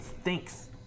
stinks